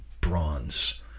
bronze